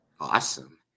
awesome